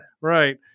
Right